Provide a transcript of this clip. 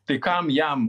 tai kam jam